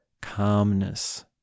calmness